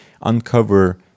uncover